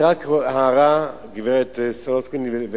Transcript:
רק הערה, גברת סולודקין.